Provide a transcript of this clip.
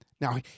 Now